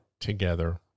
together